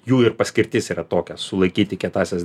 jų ir paskirtis yra tokia sulaikyti kietąsias